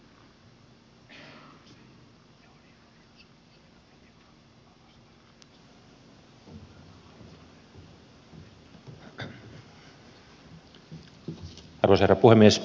arvoisa herra puhemies